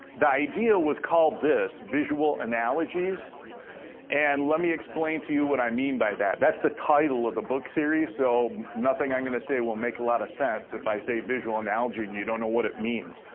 the idea was called this visual analogies and let me explain to you what i mean by that. that's the title of the book series, so nothing i'm gonna say will make a lot of sense if i say visual analogy and you don't know what it means.